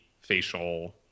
facial